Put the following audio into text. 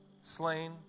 slain